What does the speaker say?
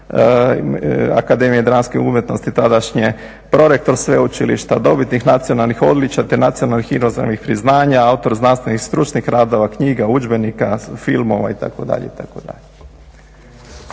Akademije dramskih umjetnosti, tadašnje. Prorektor sveučilišta. dobitnik nacionalnih odličja, te nacionalnih inozemnih priznanja. Autor znanstvenih i stručnih radova, knjiga, udžbenika, filmova itd.